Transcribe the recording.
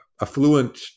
affluent